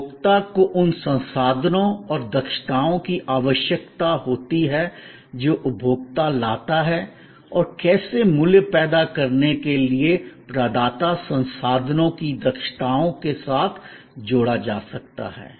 उपभोक्ता को उन संसाधनों और दक्षताओं की आवश्यकता होती है जो उपभोक्ता लाता है और कैसे मूल्य पैदा करने के लिए प्रदाता संसाधनों की दक्षताओं के साथ जोड़ा जा सकता है